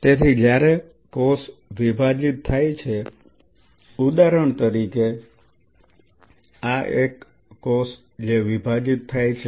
તેથી જ્યારે કોષ વિભાજીત થાય છે ઉદાહરણ તરીકે આ એક કોષ જે વિભાજીત થાય છે